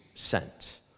Sent